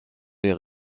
les